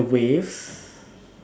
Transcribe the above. the waves